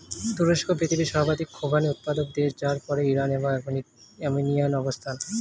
তুরস্ক পৃথিবীর সর্বাধিক খোবানি উৎপাদক দেশ যার পরেই ইরান এবং আর্মেনিয়ার অবস্থান